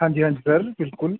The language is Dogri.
हांजी हांजी सर बिल्कुल